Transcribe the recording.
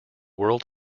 world